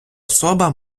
особа